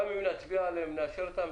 גם אם נצביע עליהן ונאשר אותן,